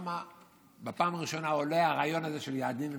שם בפעם הראשונה עולה הרעיון של יעדים ומכסות.